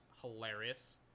hilarious